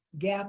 gap